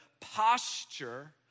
posture